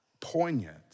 poignant